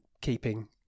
keeping